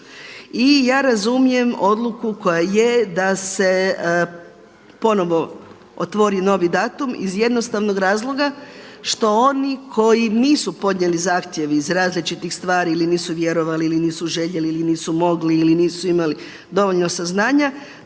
I ja razumijem odluku koja je da se ponovo otvori novi datum iz jednostavnog razloga što oni koji nisu podnijeli zahtjev iz različitih stvari ili nisu vjerovali, ili nisu željeli, ili nisu mogli, ili nisu imali dovoljno saznanja